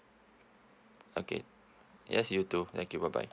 okay yes you too thank you bye bye